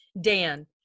dan